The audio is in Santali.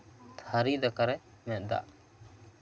ᱛᱷᱟᱹᱨᱤ ᱫᱟᱠᱟᱨᱮ ᱢᱮᱫ ᱫᱟᱜ